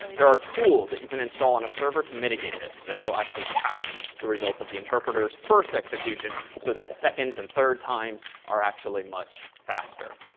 there are tools that you can install on a server to mitigate this that will actually cache the results of the interpreter's first execution so that second and third times are actually much faster.